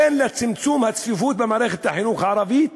הן לצמצום הצפיפות במערכת החינוך הערבית